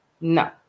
No